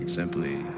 simply